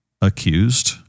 accused